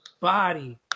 Body